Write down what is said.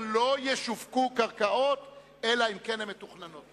לא ישווקו קרקעות אלא אם כן הן מתוכננות.